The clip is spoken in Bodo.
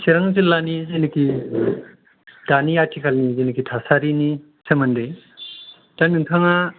सिरां जिल्लानि जेनेखि दानि आथिखालनि जेनेखि थासारिनि सोमोन्दै दा नोंथाङा